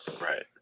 Right